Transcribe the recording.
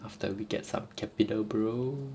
after we get some capital bro